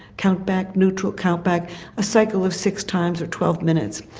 count back, neutral count back a cycle of six times or twelve minutes.